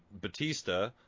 Batista